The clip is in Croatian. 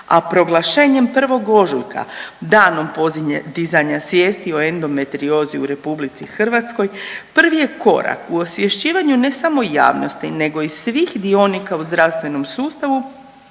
a proglašenjem 1. ožujka danom podizanja svijesti o endometriozi u RH, prvi je korak u osvješćivanju, ne samo javnosti, nego i svih dionika u zdravstvenom sustavu